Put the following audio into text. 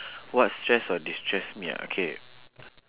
what stress or destress me ah okay